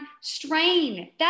strain